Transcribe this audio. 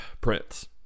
Prince